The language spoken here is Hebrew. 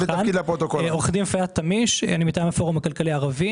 אני עו"ד פיאד טמיש, מטעם הפורום הכלכלי הערבי